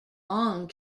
long